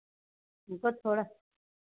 हमको थोड़ा